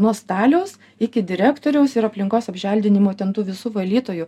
nuo staliaus iki direktoriaus ir aplinkos apželdinimo ten tų visų valytojų